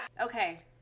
Okay